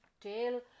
tail